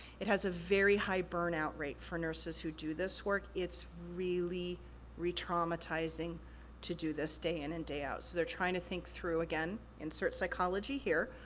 it has a very high burnout rate for nurses who do this work. it's really re-traumatizing to do this day in and day out, so they're trying to think through, again, insert psychology here,